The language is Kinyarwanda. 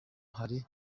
hari